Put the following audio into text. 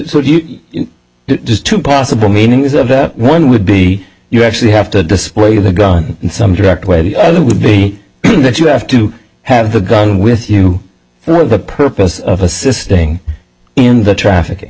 actually just two possible meanings of that one would be you actually have to display the gun in some direct way or the other would be that you have to have the gun with you for the purpose of assisting in the traffic